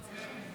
כן.